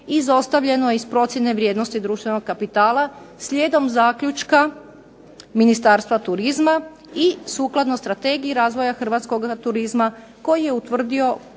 izostavljeno je iz procjene vrijednosti društvenog kapitala slijedom zaključka Ministarstva turizma i sukladno Strategiji razvoja hrvatskog turizma koji je utvrdio